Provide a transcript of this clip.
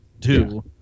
Two